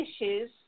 issues